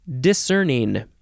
discerning